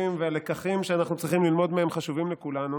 והלקחים שאנחנו צריכים ללמוד מהם חשובים לכולנו.